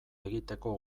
egiteko